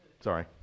Sorry